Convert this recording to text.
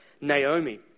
Naomi